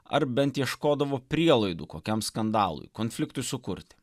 ar bent ieškodavo prielaidų kokiam skandalui konfliktui sukurti